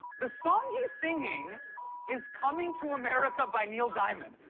the song he's singing is coming to america by neil diamond.